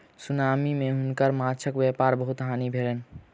tsunami मे हुनकर माँछक व्यापारक बहुत हानि भेलैन